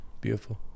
beautiful